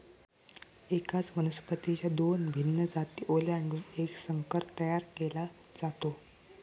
एकाच वनस्पतीच्या दोन भिन्न जाती ओलांडून एक संकर तयार केला जातो